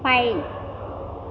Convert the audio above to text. fine